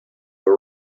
but